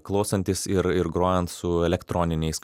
klausantis ir ir grojant su elektroniniais